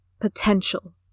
potential